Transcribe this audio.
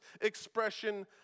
expression